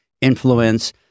influence